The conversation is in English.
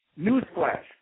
Newsflash